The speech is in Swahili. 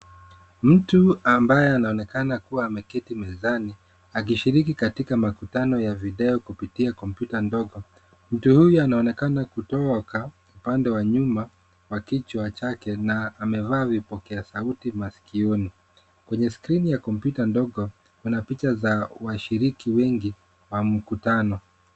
Mtu ambaye anaonekana kuwa ameketi mezani akishiriki katika makutano ya video kupitia kompyuta ndogo. Mtu huyu anaonekana kutoka upande wa nyuma wa kichwa chake na amevaa vipokea sauti maskioni. Kwenye skrini ya kompyuta ndogo kuna picha za washiriki wengi wa mkutano.